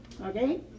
Okay